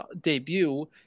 debut